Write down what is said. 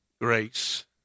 grace